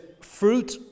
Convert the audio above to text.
fruit